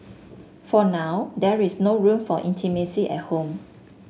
for now there is no room for intimacy at home